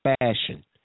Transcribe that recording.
fashion